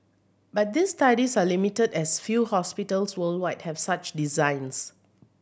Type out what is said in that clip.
but these studies are limited as few hospitals worldwide have such designs